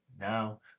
now